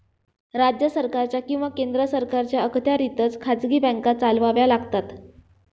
राज्य सरकार किंवा केंद्र सरकारच्या अखत्यारीतच खाजगी बँका चालवाव्या लागतात